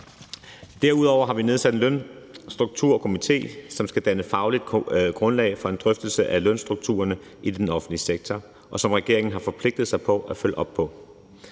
Derudover har vi nedsat en Lønstrukturkomité, som skal danne fagligt grundlag for en drøftelse af lønstrukturerne i den offentlige sektor, og som regeringen har forpligtet sig til at følge op på.